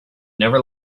never